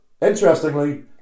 interestingly